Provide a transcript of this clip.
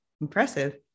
impressive